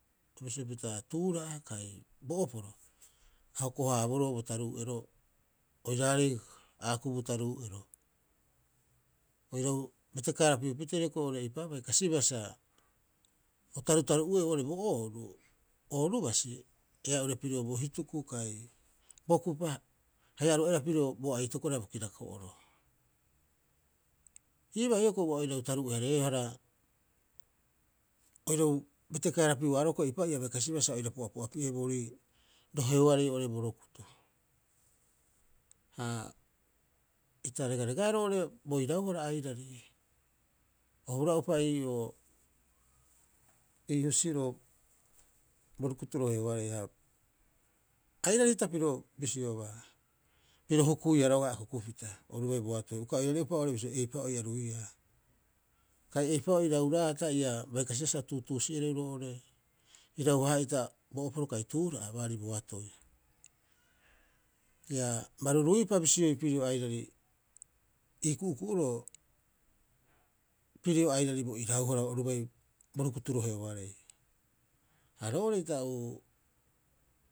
Bisio pita tuura'a kai bo oporo, a hoko- haaboroo bo taruu'ero oiraarei aakubu taruu'ero, oirau betekaarapiu pitee hioko'i oo'ore eipa'oo a bai kasibaa sa o tarutaru'ueu oo'ore bo ooru, ooru basi ea'ure pirio bo hituku kai bo kupa. Haia oru aira pirio bo aitokoro haia bo kirako'oro. Iibaa hioko'i ua oirau taruu'e- hareehara oirau betekaarapiu- haa'aroo eipa'oo a bai kasiba sa oira pu'apu'apiehe boorii roheoarei oo'ore bo rukutu. Ha ita regaregaea roo'ore bo irauhara airari, o hura'upa ii'oo ii husiroo bo rukutu roheoareha. Airari hita piro bisiobaa, biru hukuiia roga'a akukupita oru bai boatoi uka oire'upa bisio, eipa'oo a ruiia kai eipa'oo irau raata ia bai kasibaa sa o tuutuusi'ereu roo'ore ira- haa'ita, bo oporo kai tuura'a baarii boatoi. Ia baruruiupa bisioi pirio airari ii ku'uku'uroo pirio airari bo irahara oru bai bo rukutu ruheoarei. Ha roo'ore ita u'uu.